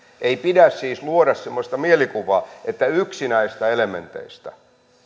ei pidä siis luoda semmoista mielikuvaa että yksi näistä elementeistä